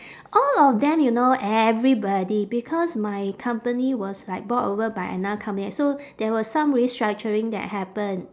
all of them you know everybody because my company was like bought over by another company right so there was some restructuring that happen